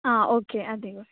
okay అదివ్వు